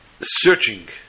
searching